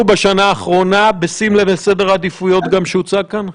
בשנה האחרונה בשים לב לסדר העדיפויות גם שהוצג כאן?